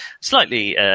slightly